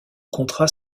contrat